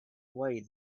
away